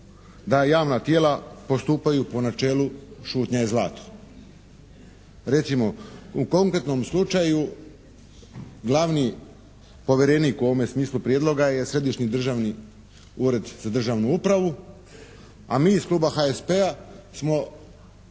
da javna tijela postupaju po načelu šutnja je zlato. Recimo, u konkretnom slučaju glavni povjerenik u ovom smislu Prijedloga je Središnji državni ured za državnu upravu, a mi iz kluba HSP-a smo